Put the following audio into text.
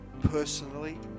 personally